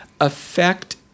affect